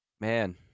man